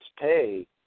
pay